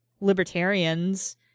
libertarians